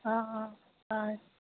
অঁ অঁ হয়